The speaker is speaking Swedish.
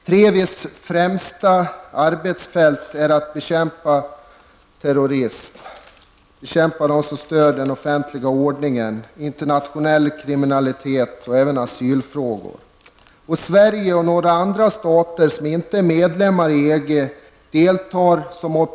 TREVIs främsta arbetsfält är att bekämpa terrorism, bekämpa störande av den offentliga ordningen, bekämpa internationell kriminalitet samt ägna sig åt asylfrågor.